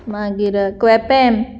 मागीर केपें